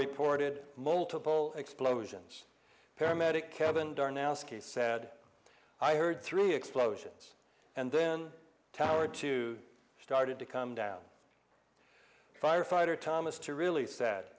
reported multiple explosions paramedic kevin darn ask he said i heard three explosions and then tower two started to come down firefighter thomas to really sad